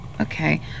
Okay